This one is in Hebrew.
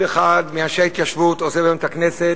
אחד מאנשי ההתיישבות עוזב היום את הכנסת,